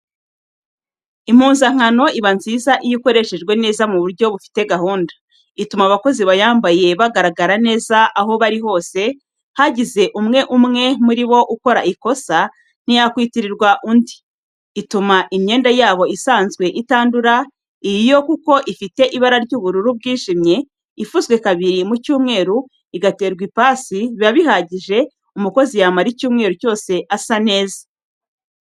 Impuzankano iba nziza iyo ikoreshejwe neza mu buryo bufite gahunda. Ituma abakozi bayambaye bagaragara neza aho bari hose, hagize umwe umwe muri bo ukora ikosa ntiryakwitirirwa undi, ituma imyenda yabo isanzwe itandura, iyi yo kuko ifite ibara ry'ubururu bwijimye, ifuzwe kabiri mu cy'umweru, igaterwa ipasi, biba bihagije umukozi yamara icyumweru cyose asa neza.